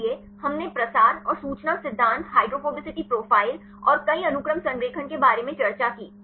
इसलिए हमने प्रसार और सूचना सिद्धांत हाइड्रोफोबिसिटी प्रोफाइल और कई अनुक्रम संरेखण के बारे में चर्चा की